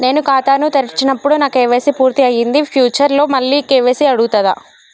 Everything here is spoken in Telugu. నేను ఖాతాను తెరిచినప్పుడు నా కే.వై.సీ పూర్తి అయ్యింది ఫ్యూచర్ లో మళ్ళీ కే.వై.సీ అడుగుతదా?